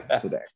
today